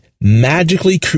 magically